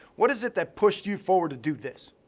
what is it that pushed you forward to do this?